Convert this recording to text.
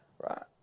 Right